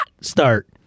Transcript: start